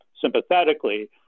sympathetically